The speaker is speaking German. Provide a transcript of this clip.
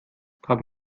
haben